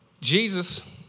Jesus